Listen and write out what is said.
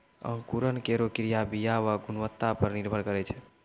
अंकुरन केरो क्रिया बीया क गुणवत्ता पर निर्भर करै छै